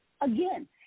again